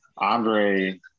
Andre